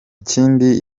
kindi